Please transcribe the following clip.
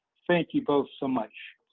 thank you both, so much,